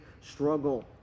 struggle